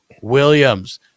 Williams